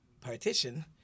partition